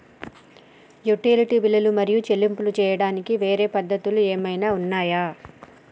Utility బిల్లులు మరియు చెల్లింపులు చేయడానికి వేరే పద్ధతులు ఏమైనా ఉన్నాయా?